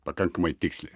pakankamai tiksliai